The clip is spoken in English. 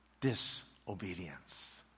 disobedience